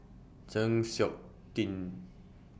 Chng Seok Tin